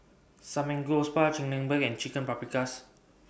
Samgeyopsal Chigenabe and Chicken Paprikas